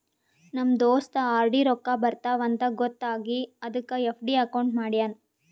ನಮ್ ದೋಸ್ತ ಆರ್.ಡಿ ರೊಕ್ಕಾ ಬರ್ತಾವ ಅಂತ್ ಗೊತ್ತ ಆಗಿ ಅದಕ್ ಎಫ್.ಡಿ ಅಕೌಂಟ್ ಮಾಡ್ಯಾನ್